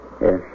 Yes